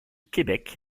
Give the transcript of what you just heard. québec